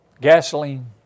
Gasoline